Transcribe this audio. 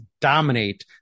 dominate